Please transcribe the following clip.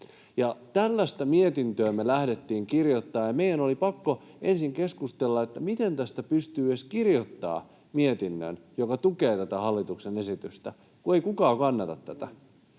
Tällaista mietintöä me lähdettiin kirjoittamaan, ja meidän oli pakko ensin keskustella, miten tästä pystyy edes kirjoittamaan mietinnön, joka tukee tätä hallituksen esitystä, kun ei kukaan kannata tätä.